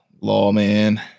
lawman